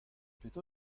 petra